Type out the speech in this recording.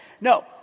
no